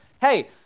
hey